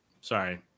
sorry